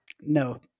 No